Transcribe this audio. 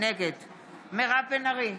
נגד מירב בן ארי,